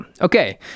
Okay